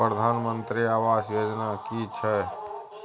प्रधानमंत्री आवास योजना कि छिए?